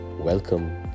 Welcome